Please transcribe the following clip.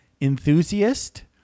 enthusiast